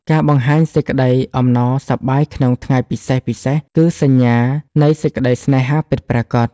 ការបង្ហាញសេចក្តីអំណរសប្បាយក្នុងថ្ងៃពិសេសៗគឺសញ្ញានៃសេចក្ដីស្នេហាពិតប្រាកដ។